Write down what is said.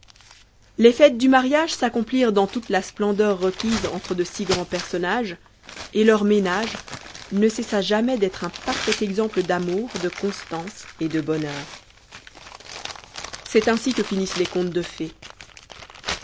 les fêtes du mariage s'accomplirent dans toute la splendeur requise entre de si grands personnages et leur ménage ne cessa jamais d'être un parfait exemple d'amour de constance et de bonheur c'est ainsi que finissent les contes de fées